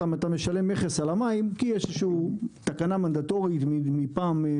אתה משלם עליהם מכס כי יש תקנה מנדטורית מפעם.